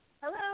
hello